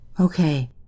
Okay